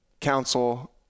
council